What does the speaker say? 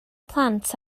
plant